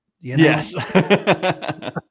Yes